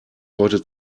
heute